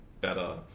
better